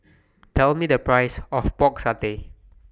Tell Me The Price of Pork Satay